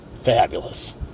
Fabulous